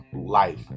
life